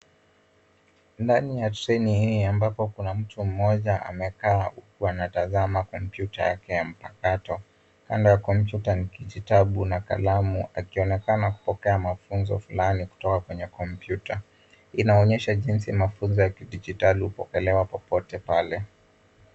Ndani ya treni hii ambapo kuna mtu mmoja amekaa huku anatazama kompyuta yake ya mpakato. Upande wa kompyuta ni kijitabu na kalamu akionekana kupokea mafunzo fulani kutoka kwenye kompyuta. Hii inaonyesha jinsi mafunzo ya kidijitali hutolewa popote pale.